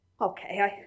Okay